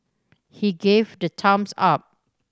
he gave the thumbs up